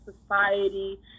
society